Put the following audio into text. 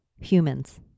humans